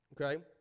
Okay